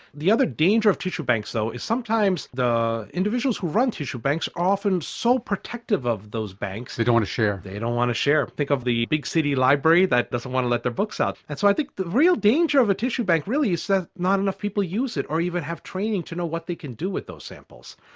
the other danger of tissue banks though is that sometimes the individuals who run tissue banks are often so protective of those banks. they don't want to share. they don't want to share, think of the big city library that doesn't want to let their books out, and so i think the real danger of a tissue bank really is that not enough people use it or even have training to know what they can do with those samples.